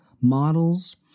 models